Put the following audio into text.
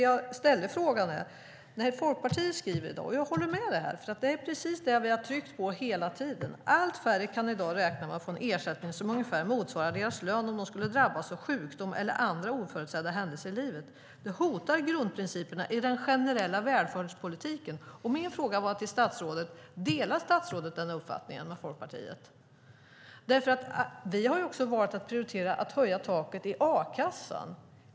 Jag ställde frågan om Folkpartiet eftersom jag håller med om det de skriver - det är precis det vi har tryckt på hela tiden. "Allt färre kan i dag räkna med att få en ersättning som ungefär motsvarar deras lön om de skulle drabbas av sjukdom, eller andra oförutsedda händelser i livet. Det hotar grundprinciperna i den generella välfärdspolitiken." Min fråga till statsrådet var: Delar statsrådet Folkpartiets uppfattning? Det har också varit att prioritera att höja taket i a-kassen.